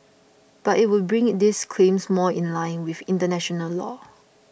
but it would bring these claims more in line with international law